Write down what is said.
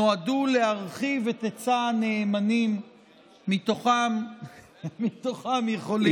נועדו להרחיב את היצע הנאמנים שמתוכם יכולים,